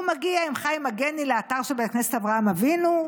הוא מגיע עם חיים מגני לאתר של בית הכנסת אברהם אבינו,